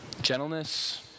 gentleness